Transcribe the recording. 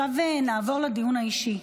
עכשיו נעבור לדיון האישי.